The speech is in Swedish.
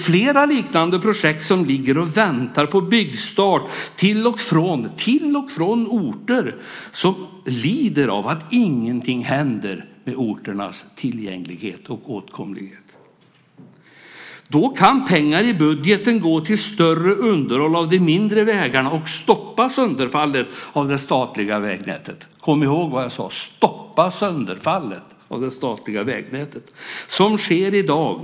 Flera liknande projekt ligger och väntar på byggstart till och från orter som lider av att ingenting händer med orternas tillgänglighet och åtkomlighet. Då kan pengar i budgeten gå till större underhåll av de mindre vägarna och stoppa sönderfallet av det statliga vägnätet - kom ihåg vad jag sade: stoppa sönderfallet av det statliga vägnätet - som sker i dag.